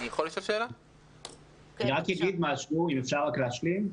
אני רק אגיד משהו, אם אפשר רק להשלים.